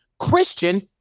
Christian